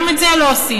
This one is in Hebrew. גם את זה לא עושים.